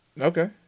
okay